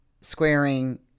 squaring